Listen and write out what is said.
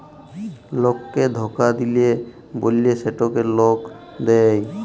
লককে ধকা দিল্যে বল্যে সেটকে লল দেঁয়